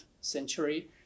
century